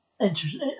Interesting